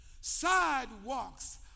Sidewalks